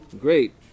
Great